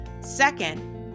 Second